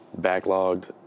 backlogged